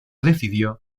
decidió